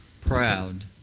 proud